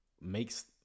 makes